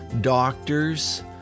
doctors